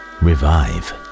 revive